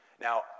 Now